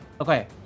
Okay